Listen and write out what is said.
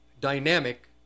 dynamic